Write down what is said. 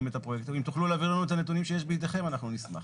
אם תוכלו לתת לנו את הנתונים שיש בידיכם אנחנו נשמח.